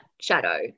shadow